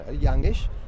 youngish